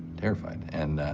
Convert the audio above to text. terrified. and,